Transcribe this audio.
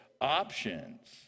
options